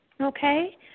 okay